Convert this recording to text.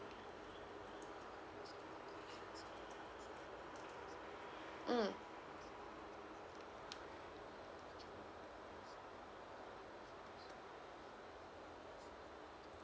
mm